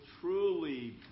truly